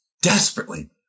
desperately